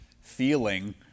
feeling